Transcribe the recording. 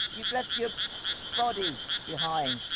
you've left your body behind!